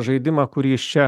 žaidimą kurį jis čia